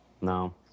No